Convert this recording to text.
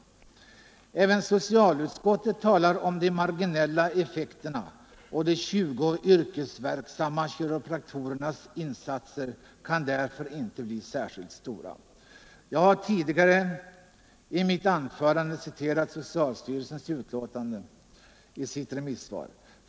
Även socialutskottet talar om de marginella effekterna och säger att de 20 yrkesverksamma kiropraktorernas insatser inte kan bli särskilt stora. Jag har tidigare i mitt anförande citerat vad socialstyrelsen uttalar i sitt remissvar.